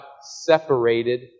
separated